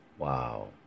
Wow